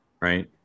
right